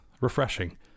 refreshing